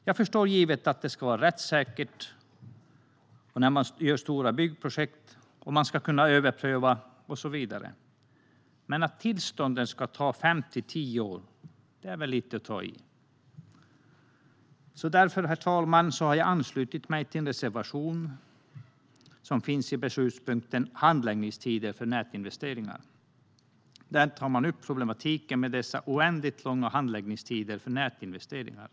Jag förstår att det ska vara rättssäkert och att stora byggprojekt ska kunna överprövas och så vidare, men att tillstånden ska ta fem till tio år att få fram är väl lite att ta i. Därför, herr talman, har jag anslutit mig till en reservation som finns i beslutspunkten Handläggningstider för nätinvesteringar. Där tar man upp problematiken med dessa oändligt långa handläggningstider för nätinvesteringar.